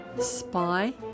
Spy